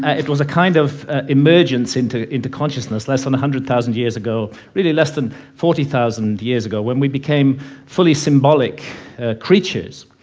it was a kind of emergence into into consciousness less than a hundred thousand years ago really less than forty thousand years ago, when we became fully symbolic creatures.